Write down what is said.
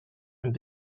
and